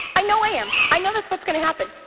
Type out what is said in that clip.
i know i am. i know that's what's gonna happen.